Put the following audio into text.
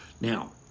Now